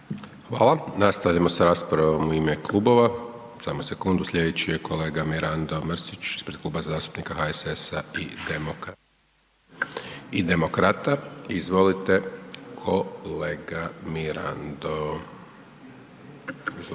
Hvala. Nastavljamo s raspravom u ime klubova. Sljedeći je kolega Mirando Mrsić ispred Kluba zastupnika HSS-a i demokrata. Izvolite kolega Mirando.